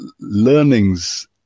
learnings